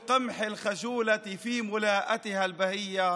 שיבולי החיטה הביישניות במלוא הדרן,